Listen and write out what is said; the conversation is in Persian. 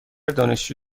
دانشجو